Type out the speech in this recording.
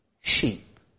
sheep